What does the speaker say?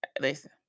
listen